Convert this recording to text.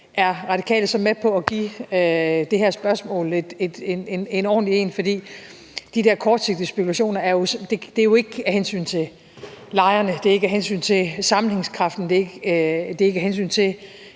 De Radikale med på at give det her spørgsmål en ordentlig en? For de der kortsigtede spekulationer er jo ikke af hensyn til lejerne, det er ikke af hensyn til sammenhængskraften, og det er ikke af hensyn til